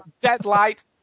Deadlight